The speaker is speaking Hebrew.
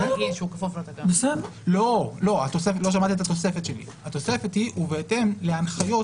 לא שמעת את התוספת שלי ובהתאם להנחיות